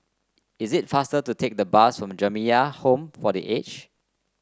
it is faster to take the bus to Jamiyah Home for The Aged